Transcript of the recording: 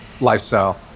lifestyle